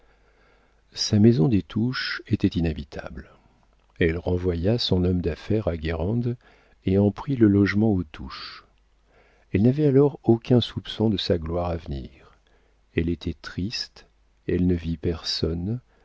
sa maison des touches était inhabitable elle renvoya son homme d'affaires à guérande et en prit le logement aux touches elle n'avait alors aucun soupçon de sa gloire à venir elle était triste elle ne vit personne